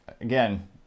Again